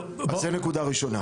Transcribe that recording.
אין בעיה,